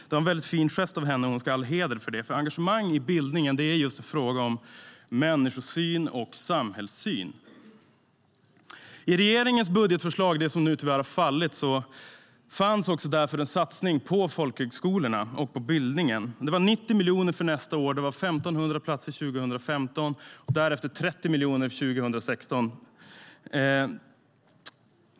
Det var en väldigt fin gest av henne som hon ska ha all heder för, för engagemang i bildningen är en fråga om människosyn och samhällssyn. I regeringens budgetförslag, som tyvärr har fallit, fanns därför en satsning på folkskolorna och på bildningen. Det var 90 miljoner för nästa år och 1 500 platser år 2015 och därefter 30 miljoner år 2016.